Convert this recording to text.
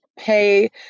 hey